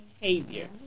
behavior